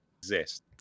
exist